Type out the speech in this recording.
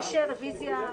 הרביזיה.